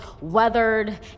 weathered